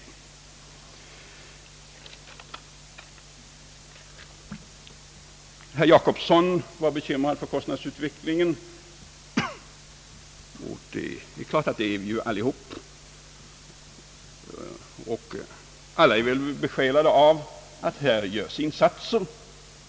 Herr Per Jacobsson var bekymrad över kostnadsutvecklingen, och det är vi naturligtvis allesammans. Alla är vi besjälade av en önskan att det här görs kraftiga insatser.